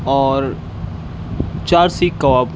اور چار سیکھ کباب